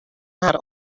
har